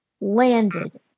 landed